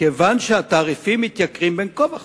כיוון שהתעריפים מתייקרים בין כה וכה.